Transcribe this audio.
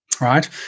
right